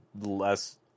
less